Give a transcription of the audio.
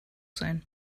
sein